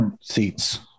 seats